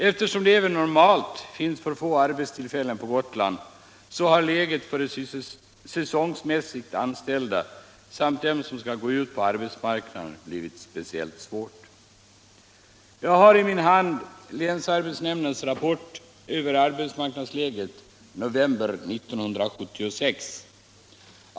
Eftersom det även normalt finns för få arbetstillfällen på Gotland har läget för de säsongmässigt anställda samt för dem som skall gå ut på arbetsmarknaden blivit speciellt svårt. Jag har här i min hand länsarbetsnämndens rapport över arbetsmarknadsläget i november 1976.